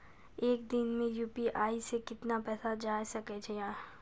एक दिन मे यु.पी.आई से कितना पैसा जाय सके या?